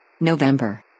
November